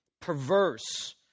perverse